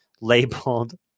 labeled